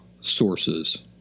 sources